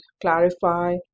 clarify